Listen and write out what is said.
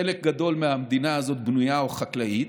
חלק גדול מהמדינה הזאת בנויה או חקלאית,